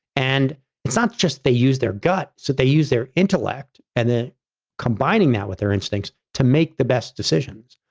and it's not just they use their gut, so they use their intellect and then combined now with their instincts to make the best decisions.